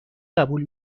قبول